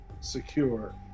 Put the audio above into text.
secure